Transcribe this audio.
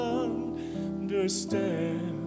understand